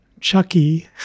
Chucky